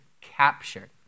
captured